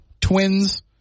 Twins